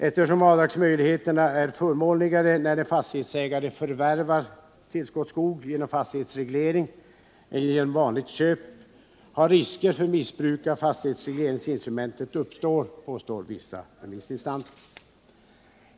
Eftersom avdragsmöjligheterna är förmånligare när en fastighetsägare förvärvar tillskottsskog genom fastighetsreglering än när förvärvet sker genom vanligt köp, har risker för missbruk av fastighetsregleringsinstrumentet uppstått, påstår vissa remissinstanser.